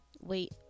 wait